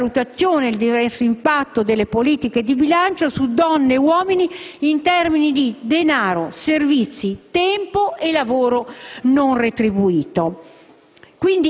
per la valutazione del diverso impatto delle politiche di bilancio su donne e uomini, in termini di denaro, servizi, tempo e lavoro non retribuito.